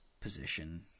position